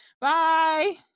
bye